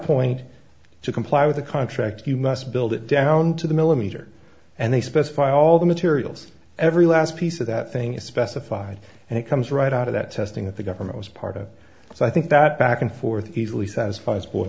point to comply with the contract you must build it down to the millimeter and they specify all the materials every last piece of that thing is specified and it comes right out of that testing that the government was part of so i think that back and forth easily satisf